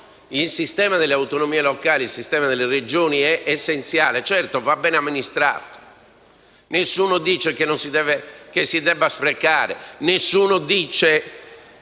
il sistema delle autonomie locali e delle Regioni è essenziale. Certo, va bene amministrato. Nessuno dice che si debba sprecare, nessuno dice